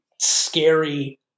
scary